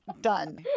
done